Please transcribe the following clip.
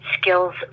skills